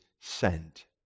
sent